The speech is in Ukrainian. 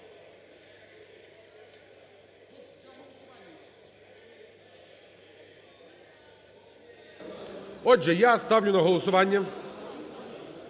Отже, я ставлю на голосування